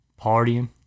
partying